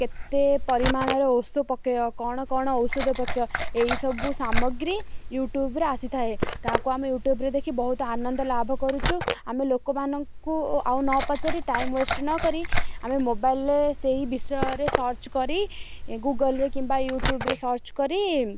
କେତେ ପରିମାଣର ଔଷଧ ପକେଇବା କ'ଣ କ'ଣ ଔଷଧ ପକେଇବା ଏଇସବୁ ସାମଗ୍ରୀ ୟୁଟ୍ୟୁବ୍ରେ ଆସି ଥାଏ ତାହାକୁ ଆମେ ୟୁଟ୍ୟୁବ୍ରେ ଦେଖି ବହୁତ ଆନନ୍ଦ ଲାଭ କରୁଛୁ ଆମେ ଲୋକମାନଙ୍କୁ ଆଉ ନ ପଚାରି ଟାଇମ୍ ୱେଷ୍ଟ୍ ନକରି ଆମେ ମୋବାଇଲ୍ରେ ସେଇ ବିଷୟରେ ସର୍ଚ୍ଚ କରି ଗୁଗଲ୍ରେ କିମ୍ବା ୟୁଟ୍ୟୁବ୍ରେ ସର୍ଚ୍ଚ କରି